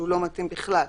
שהוא לא מתאים בכלל.